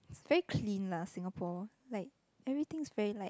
very clean lah Singapore like everything is very like